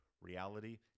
reality